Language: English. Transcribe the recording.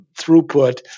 throughput